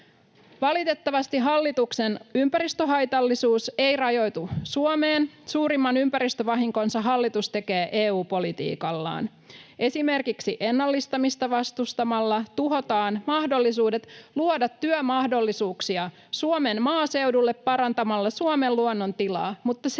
Valitettavasti hallituksen ympäristöhaitallisuus ei rajoitu Suomeen — suurimman ympäristövahinkonsa hallitus tekee EU-politiikallaan. Esimerkiksi ennallistamista vastustamalla tuhotaan mahdollisuudet luoda työmahdollisuuksia Suomen maaseudulle parantamalla Suomen luonnon tilaa, mutta sen